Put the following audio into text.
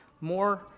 more